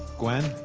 gwen.